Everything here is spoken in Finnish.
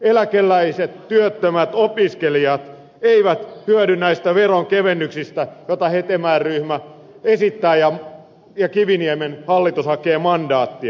eläkeläiset työttömät opiskelijat eivät hyödy näistä veronkevennyksistä joita hetemäen ryhmä esittää ja kiviniemen hallitus hakee mandaattia